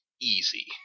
easy